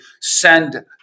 send